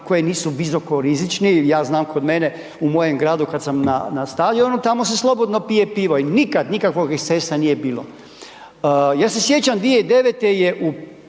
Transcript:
koji nisu visokorizični, ja znam kod mene, u mojem gradu kad sam na stadionu, tamo se slobodno pije pivo i nikad nikakvog ekscesa nije bilo. Ja se sjećam 2009. je u